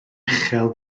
uchel